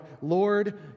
Lord